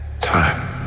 Time